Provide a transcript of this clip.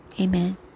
Amen